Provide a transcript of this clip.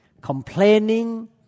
complaining